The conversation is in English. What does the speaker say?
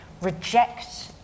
reject